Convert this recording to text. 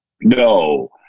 No